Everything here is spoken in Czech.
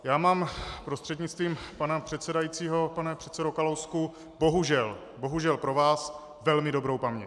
Já mám, prostřednictvím pana předsedajícího pane předsedo Kalousku, bohužel, bohužel pro vás velmi dobrou paměť.